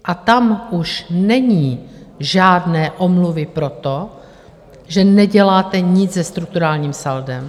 A tam už není žádné omluvy pro to, že neděláte nic se strukturálním saldem.